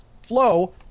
flow